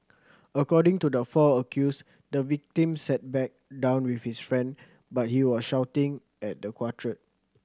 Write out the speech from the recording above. according to the four accused the victim sat back down with his friend but he was shouting at the quartet